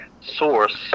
source